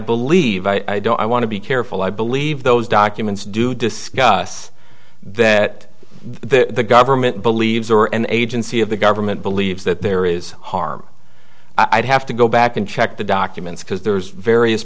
believe i don't i want to be careful i believe those documents do discuss that the government believes or an agency of the government believes that there is harm i'd have to go back and check the documents because there's various